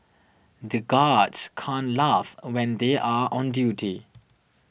the guards can't laugh when they are on duty